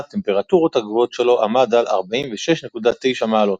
הטמפרטורות הגבוהות שלו עמד על 46.9 מעלות.